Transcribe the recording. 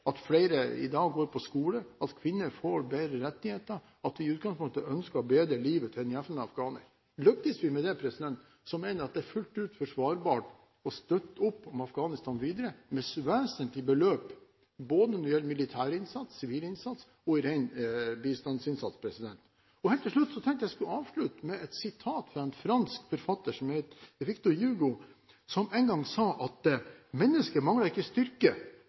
at flere i dag går på skole, at kvinner får bedre rettigheter, og at vi i utgangspunktet ønsker å bedre livet til den jevne afghaner. Lykkes vi med det, mener jeg at det fullt ut er forsvarbart å støtte opp om Afghanistan videre med vesentlige beløp når det gjelder både militærinnsats, sivilinnsats og ren bistandsinnsats. Jeg tenkte at jeg skulle avslutte med et sitat fra en fransk forfatter som heter Victor Hugo, som en gang sa: Mennesket mangler ikke